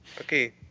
Okay